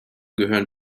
gehören